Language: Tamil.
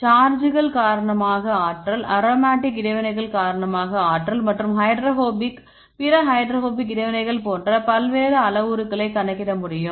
சார்ஜிகள் காரணமாக ஆற்றல் அரோமடிக் இடைவினைகள் காரணமாக ஆற்றல் மற்றும் ஹைட்ரோபோபிக் பிற ஹைட்ரோபோபிக் இடைவினைகள் போன்ற பல்வேறு அளவுருக்களை கணக்கிட முடியும்